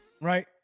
right